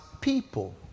people